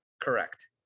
correct